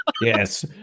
Yes